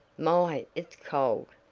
my, it's cold!